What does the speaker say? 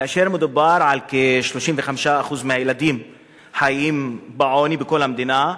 כאשר מדובר על כ-35% מהילדים החיים בעוני בכל המדינה,